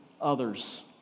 others